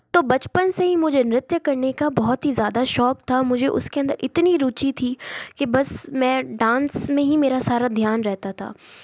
तो बचपन से ही मुझे नृत्य करने का बहुत ही ज़्यादा शौक़ था मुझे उसके अंदर इतनी रुचि थी कि बस मैं डांस में ही मेरा सारा ध्यान रहता था